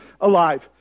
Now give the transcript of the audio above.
alive